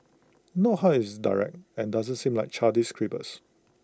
note how IT is direct and doesn't seem like childish scribbles